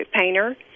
painter